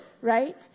right